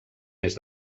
més